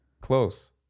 Close